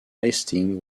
lasting